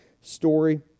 story